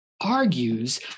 argues